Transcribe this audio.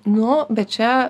nu bet čia